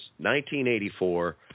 1984